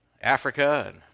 Africa—and